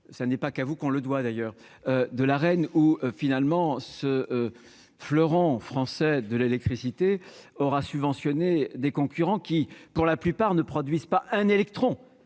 ça n'est pas qu'à vous qu'on le doit d'ailleurs de la reine ou finalement ce fleuron français de l'électricité aura subventionner des concurrents qui, pour la plupart, ne produisent pas un électron